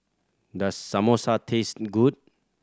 does Samosa taste good